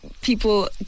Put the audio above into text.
people